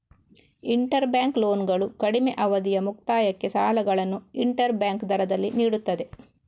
inter bank ಲೋನ್ಗಳು ಕಡಿಮೆ ಅವಧಿಯ ಮುಕ್ತಾಯಕ್ಕೆ ಸಾಲಗಳನ್ನು ಇಂಟರ್ ಬ್ಯಾಂಕ್ ದರದಲ್ಲಿ ನೀಡುತ್ತದೆ